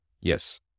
Yes